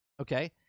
okay